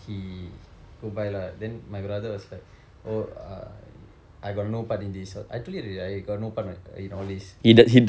he go buy lah then my brother was like oh err I got no part in this all I told you already right he got no part in all this